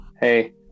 hey